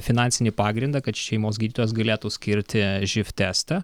finansinį pagrindą kad šeimos gydytojas galėtų skirti živ testą